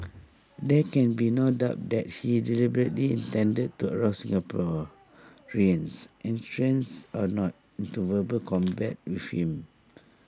there can be no doubt that he deliberately intended to arouse Singaporeans and or not into verbal combat with him